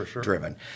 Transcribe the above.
driven